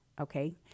Okay